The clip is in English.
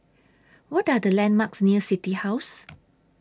What Are The landmarks near City House